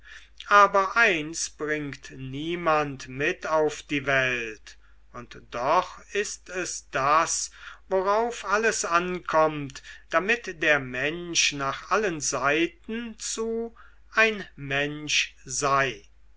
aber eins bringt niemand mit auf die welt und doch ist es das worauf alles ankommt damit der mensch nach allen seiten zu ein mensch sei